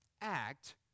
act